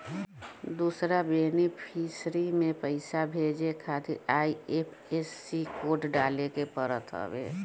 दूसरा बेनिफिसरी में पईसा भेजे खातिर आई.एफ.एस.सी कोड डाले के पड़त हवे